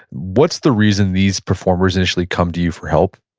what's the reason these performers initially come to you for help?